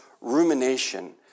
rumination